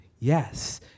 yes